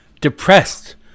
depressed